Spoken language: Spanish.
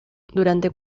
durante